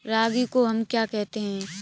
रागी को हम क्या कहते हैं?